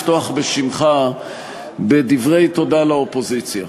לפתוח בשמך בדברי תודה לאופוזיציה.